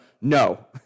no